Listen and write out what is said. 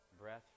breath